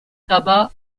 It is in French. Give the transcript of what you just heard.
tabac